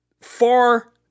far